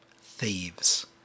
thieves